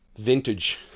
vintage